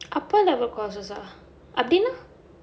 courses ah அப்டின்னா:apdinnaa